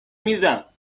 میزم